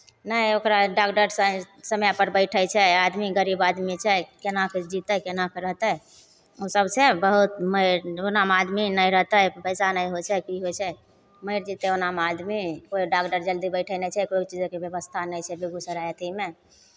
नहि ओकरा डाग्डर साय समयपर बैठै छै आदमी गरीब आदमी छै केना कऽ जीतै केना कऽ रहतै ओ सभसँ बहुत मरि ओनामे आदमी नहि रहतै पैसा नहि होइ छै की होइ छै मरि जेतै ओनामे आदमी कोइ डाग्डर जल्दी बैठै नहि छै कोइ चीजोके व्यवस्था नहि छै बेगूसराय अथीमे